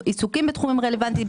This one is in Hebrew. עיסוקים בתחומים רלוונטיים,